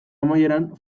amaieran